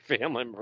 family